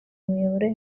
imiyoboro